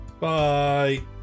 Bye